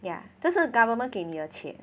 ya 这是 government 给你的钱